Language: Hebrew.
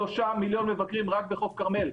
שלושה מיליון מבקרים רק בחוף כרמל,